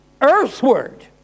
earthward